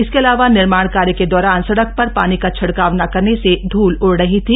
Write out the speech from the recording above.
इसके अलावा निर्माण कार्य के दौरान सड़क पर पानी का छिडकाव न करने से धूल उड रही थी